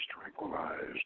tranquilized